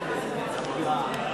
ההסתייגויות של קבוצת סיעת מרצ לסעיף